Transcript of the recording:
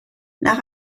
nach